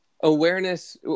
awareness